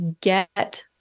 get